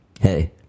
Hey